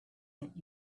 that